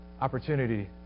opportunity